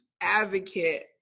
advocate